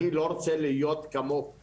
אני לא רוצה להיות כמוך,